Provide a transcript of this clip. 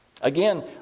Again